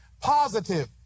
positive